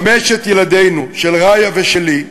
חמשת ילדינו, של רעיה ושלי,